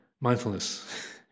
mindfulness